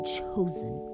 chosen